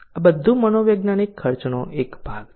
આ બધું મનોવૈજ્ઞાનિક ખર્ચનો એક ભાગ છે